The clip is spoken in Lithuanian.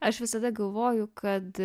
aš visada galvoju kad